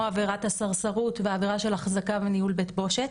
עבירת הסרסרות ועבירה של אחזקה וניהול בית בושת.